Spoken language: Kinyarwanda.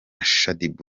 shaddy